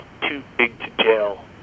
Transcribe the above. too-big-to-jail